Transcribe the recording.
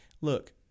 look